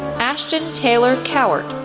ashton taylor cowart,